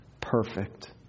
perfect